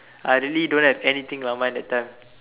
I really don't have anything on mind that time